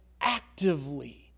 actively